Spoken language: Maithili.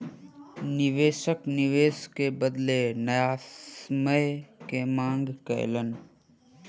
निवेशक निवेश के बदले न्यायसम्य के मांग कयलैन